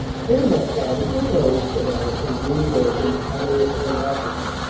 there now, cloudy, don't worry! said allison, leaning over and patting her hand awkwardly.